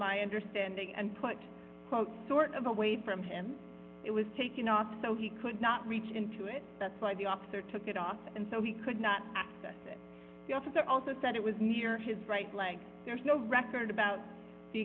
my understanding and put sort of away from him it was taking off so he could not reach into it that's why the officer took it off and so he could not access it the officer also said it was near his right leg there's no record about the